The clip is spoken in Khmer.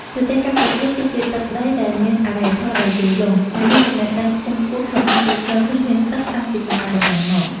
ប្រទេសកម្ពុជា គឺជាទឹកដីដែលមានអរិយធម៌ដ៏យូរលង់ និងមានចំណេះដឹងខ្ពង់ខ្ពស់ក្នុងការគ្រប់គ្រងធនធានទឹកតាំងពីសម័យបុរាណមក។